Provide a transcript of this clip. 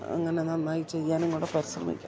അങ്ങനെ നന്നായി ചെയ്യാനും കൂടി പരിശ്രമിക്കണം